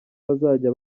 bazajya